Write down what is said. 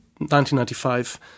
1995